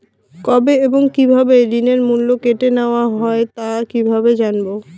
কবে এবং কিভাবে ঋণের মূল্য কেটে নেওয়া হয় তা কিভাবে জানবো?